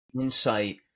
insight